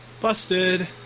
Busted